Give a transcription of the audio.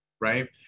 right